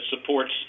supports